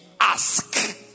ask